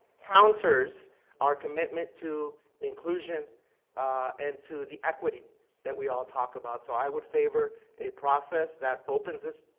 counters our commitment to inclusion and to the equity that we all talk about. so i would favor a process that opens this,